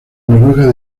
noruega